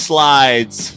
Slides